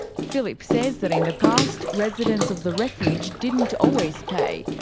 phillip says that in the past, residents of the refuge didn't always pay,